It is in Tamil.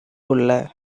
குள்ள